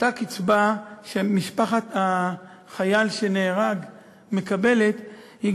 אותה קצבה שמשפחת החייל שנהרג מקבלת גם